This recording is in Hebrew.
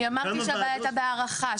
אני אמרתי שהבעיה הייתה בהארכה.